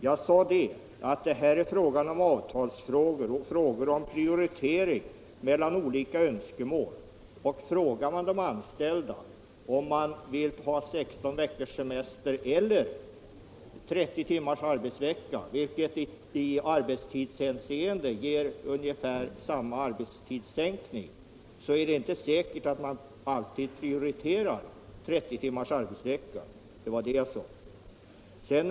Jag sade att det här är fråga om avtalsfrågor och frågor om prioritering mellan olika önskemål. Frågar man de anställda om de vill ha 16 veckors semester eller 30 timmars arbetsvecka, vilket i arbetstidshänseende ger ungefär samma arbetstidssänkning, är det inte säkert att de alltid prioriterar 30 timmars arbetsvecka. Det var vad jag sade.